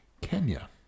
Kenya